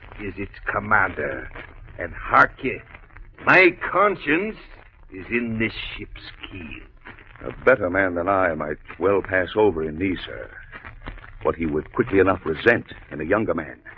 is it commander and heart kick my conscience is in this ship's key a better man than i am. i twelve has over aneesa but he would quickly enough present in a younger man.